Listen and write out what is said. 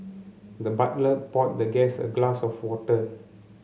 the butler poured the guest a glass of water